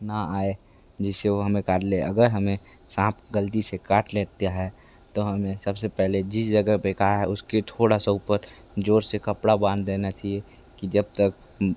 ना आए जिस से वो हमें काट ले अगर हमें सांप ग़लती से काट लेता हैं तो हमें सब से पहले जिस जगह पर काटा है उस के थोड़ा सा ऊपर ज़ोर से कपड़ा बांध देना चाहिए कि जब तक